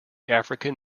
african